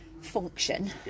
function